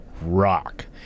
rock